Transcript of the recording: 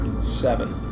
seven